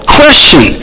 question